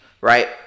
Right